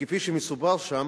וכפי שמסופר שם